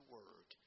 Word